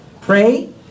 Pray